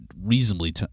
reasonably